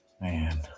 Man